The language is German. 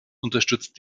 unterstützt